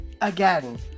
again